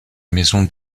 maison